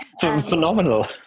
Phenomenal